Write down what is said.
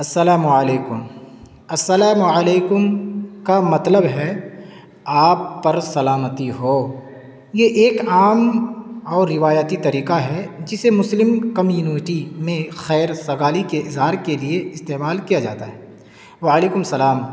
السلام علیکم السلام علیکم کا مطلب ہے آپ پر سلامتی ہو یہ ایک عام اور روایتی طریقہ ہے جسے مسلم کمیونٹی میں خیر سگالی کے اظہار کے لیے استعمال کیا جاتا ہے وعلیکم السلام